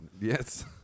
Yes